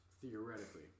theoretically